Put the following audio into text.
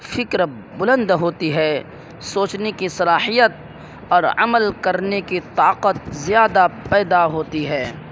فکر بلند ہوتی ہے سوچنے کی صلاحیت اور عمل کرنے کی طاقت زیادہ پیدا ہوتی ہے